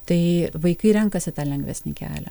tai vaikai renkasi lengvesnį kelią